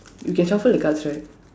you can shuffle the cards right